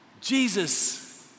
Jesus